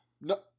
No